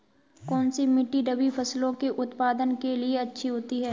कौनसी मिट्टी रबी फसलों के उत्पादन के लिए अच्छी होती है?